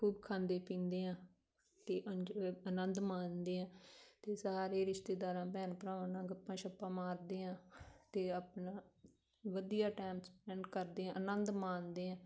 ਖੂਬ ਖਾਂਦੇ ਪੀਂਦੇ ਹਾਂ ਅਤੇ ਆਨੰਦ ਮਾਣਦੇ ਹਾਂ ਅਤੇ ਸਾਰੇ ਰਿਸ਼ਤੇਦਾਰਾਂ ਭੈਣ ਭਰਾ ਨਾਲ ਗੱਪਾਂ ਸ਼ੱਪਾਂ ਮਾਰਦੇ ਹਾਂ ਅਤੇ ਆਪਣਾ ਵਧੀਆ ਟਾਈਮ ਸਪੈਂਡ ਕਰਦੇ ਹਾਂ ਆਨੰਦ ਮਾਣਦੇ ਹਾਂ